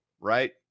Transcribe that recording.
right